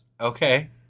Okay